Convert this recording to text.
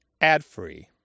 ad-free